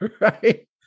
Right